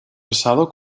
besado